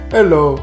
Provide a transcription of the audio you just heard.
Hello